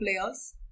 players